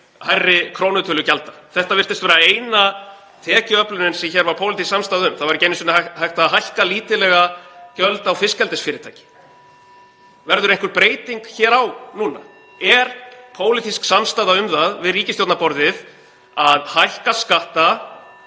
hærri krónutölugjalda. Þetta virtist vera eina tekjuöflunin sem hér var pólitísk samstaða um. Það var ekki einu sinni hægt að hækka lítillega gjöld á fiskeldisfyrirtækin. (Forseti hringir.) Verður einhver breyting hér á núna? Er pólitísk samstaða um það við ríkisstjórnarborðið (Forseti